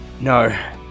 No